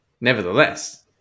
nevertheless